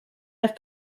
have